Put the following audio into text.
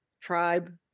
tribe